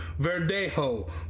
Verdejo